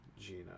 gina